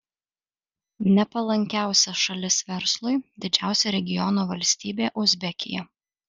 nepalankiausia šalis verslui didžiausia regiono valstybė uzbekija